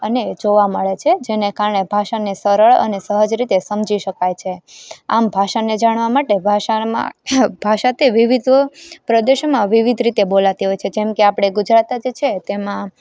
અને જોવા મળે છે જેને કારણે ભાષાને સરળ અને સહજ રીતે સમજી શકાય છે આમ ભાષાને જાણવા માટે ભાષામાં ભાષા તે વિવિધ પ્રદેશોમાં વિવિધ રીતે બોલાતી હોય છે જેમકે આપણે ગુજરાત જ છે તેમાં